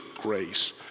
grace